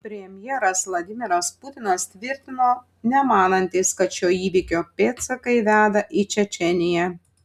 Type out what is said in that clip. premjeras vladimiras putinas tvirtino nemanantis kad šio įvykio pėdsakai veda į čečėniją